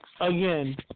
Again